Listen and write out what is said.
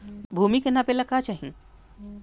भूमि के नापेला का चाही?